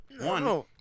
one